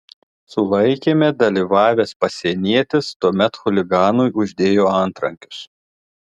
sulaikyme dalyvavęs pasienietis tuomet chuliganui uždėjo antrankius